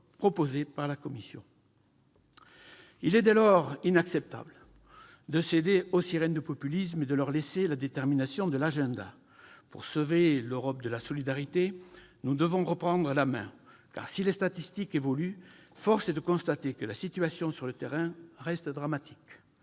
proposé par la Commission. Il est, dès lors, inacceptable de céder aux sirènes du populisme et de leur laisser déterminer l'agenda. Pour sauver l'Europe solidaire, nous devons reprendre la main. En effet, même si les statistiques évoluent, force est de constater que la situation reste dramatique